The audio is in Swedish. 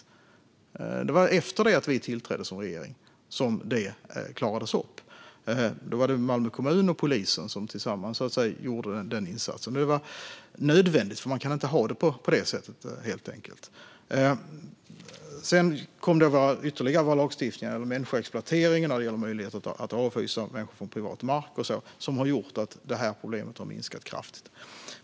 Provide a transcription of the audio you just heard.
Detta klarades upp efter det att vi hade tillträtt som regering. Det var Malmö kommun och polisen som tillsammans, så att säga, gjorde den insatsen. Det var nödvändigt, för man kan inte ha det på det sättet. Sedan kom våra lagstiftningar när det gäller människoexploatering och när det gäller möjlighet att avhysa människor från privat mark. Det har gjort att detta problem har minskat kraftigt.